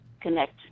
connect